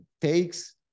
takes